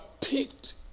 picked